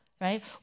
right